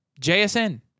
JSN